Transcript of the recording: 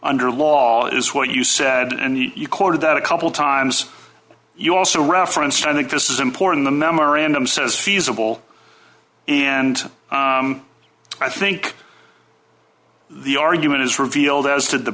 under law is what you said and you quoted that a couple times you also referenced i think this is important the memorandum says feasible and i think the argument is revealed as to the